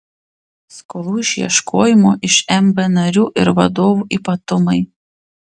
skolų išieškojimo iš mb narių ir vadovų ypatumai